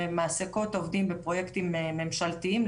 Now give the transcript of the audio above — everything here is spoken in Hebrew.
שמעסיקות עובדים בפרוייקטים ממשלתיים,